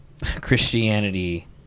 Christianity